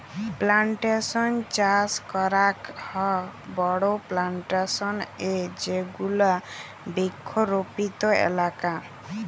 plantation চাস করাক হ বড়ো প্লানটেশন এ যেগুলা বৃক্ষরোপিত এলাকা